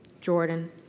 Jordan